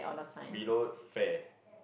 below fair